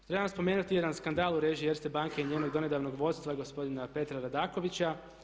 Treba spomenuti jedan skandal u režiji Erste banke i njenog donedavnog vodstva gospodina Petra Radakovića.